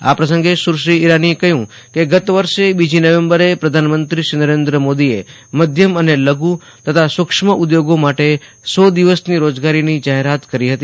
આ પ્રસંગે સુશ્રી ઇરાનીએ કહ્યું કે ગયા વર્ષે બીજી નવેમ્બરે પ્રધાનમંત્રીએ મધ્યમ અને લઘુ તથા સુક્ષ્મ ઉદ્ઘોગો માટે સો દિવસની રોજગારી જાહેરાત કરી હતી